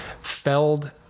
felled